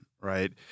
right